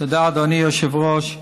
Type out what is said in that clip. תודה, אדוני היושב-ראש.